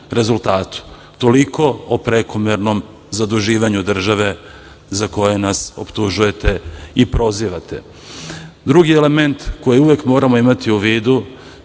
rezultatu. Toliko o prekomernom zaduživanju države za koje nas optužujete i prozivate. Drugi element koji uvek moramo imati u vidu